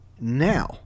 now